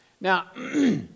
Now